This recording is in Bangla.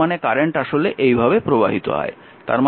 তার মানে কারেন্ট আসলে এভাবে প্রবাহিত হয়